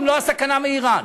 אם לא הסכנה מאיראן.